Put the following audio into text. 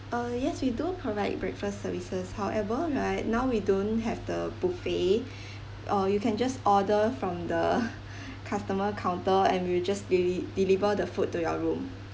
uh yes we do provide breakfast services however right now we don't have the buffet uh you can just order from the customer counter and we'll just deli~ deliver the food to your room